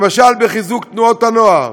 למשל בחיזוק תנועות הנוער,